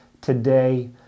today